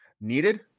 needed